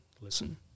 listen